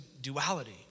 duality